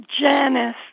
Janice